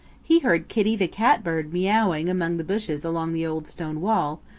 he heard kitty the catbird meowing among the bushes along the old stone wall,